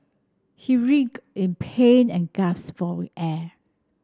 he writhed in pain and gasped for air